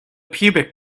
pubic